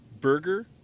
burger